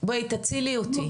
בואי תצילי אותי.